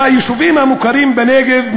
ביישובים המוכרים בנגב,